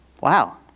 Wow